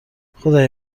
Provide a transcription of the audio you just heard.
خدای